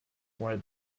while